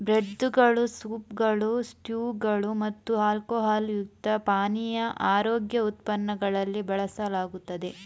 ಬ್ರೆಡ್ದುಗಳು, ಸೂಪ್ಗಳು, ಸ್ಟ್ಯೂಗಳು ಮತ್ತು ಆಲ್ಕೊಹಾಲ್ ಯುಕ್ತ ಪಾನೀಯ ಆರೋಗ್ಯ ಉತ್ಪನ್ನಗಳಲ್ಲಿ ಬಳಸಲಾಗುತ್ತದೆ